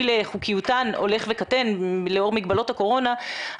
לחוקיותן הולך וקטן לאור מגבלות הקורונה,